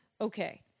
okay